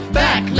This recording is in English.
back